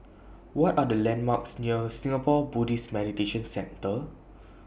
What Are The landmarks near Singapore Buddhist Meditation Centre